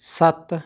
ਸੱਤ